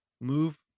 move